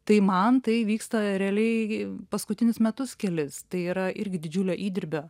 tai man tai vyksta realiai gi paskutinius metus kelis tai yra irgi didžiulio įdirbio